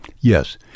Yes